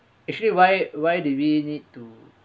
actually why why do we need to